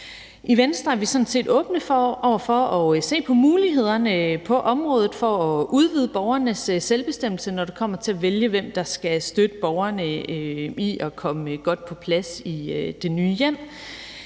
I Venstre er vi sådan set åbne over for at se på mulighederne på området for at udvide borgerens selvbestemmelse, når det kommer til at vælge, hvem der skal støtte borgeren i at komme godt på plads i sit nye hjem.